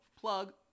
plug